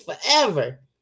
forever